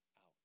out